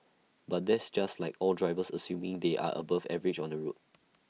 but that's just like all drivers assuming they are above average on the road